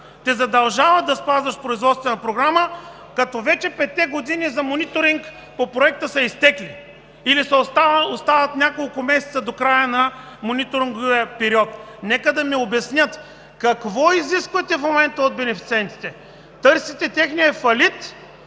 те задължават да спазваш производствена програма, като петте години за мониторинг по проекта вече са изтекли или остават няколко месеца до края на мониторинговия период? Нека да ми обяснят какво изискват в момента от бенефициентите. Търсите техния фалит,